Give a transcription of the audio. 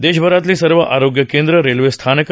देशभरातली सर्व आरोग्य केंद्रं रेल्वेस्थानकं